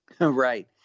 Right